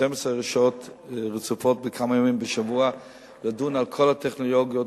12 שעות רצופות כמה ימים בשבוע לדון על כל הטכנולוגיות,